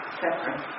separate